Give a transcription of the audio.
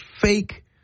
fake